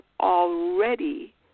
already